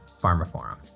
PharmaForum